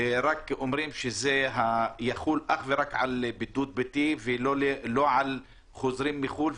רק אומרים שזה יחול אך ורק על בידוד ביתי ולא על חוזרים מחו"ל,